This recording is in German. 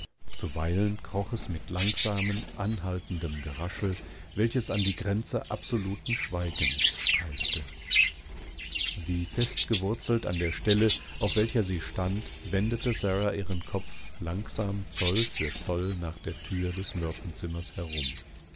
werden konnte zuweilenschienesmiteinemsatzeüberdenfußbodenhinzufegenzuweilenkroches mit langsamem anhaltendem geraschel welches an die grenze absoluten schweigens streifte wie fest gewurzelt an der stelle auf welcher sie stand wendete sara ihren kopf langsam zoll für zoll nach der tür des myrtenzimmers herum